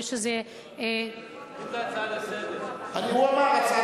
הוא אמר: הצעה לסדר-היום.